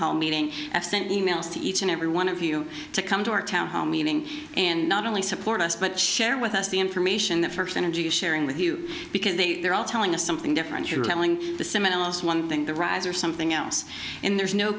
hall meeting i've sent e mails to each and every one of you to come to our town hall meeting and not only support us but share with us the information the first energy sharing with you because they they're all telling us something different you're leveling the seminars one thing the rise or something else in there's no